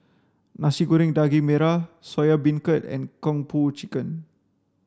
nasi goreng daging merah soya beancurd and kung po chicken